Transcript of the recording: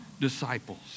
disciples